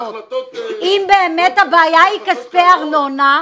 אין החלטות --- אם באמת הבעיה היא כספי ארנונה,